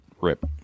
Rip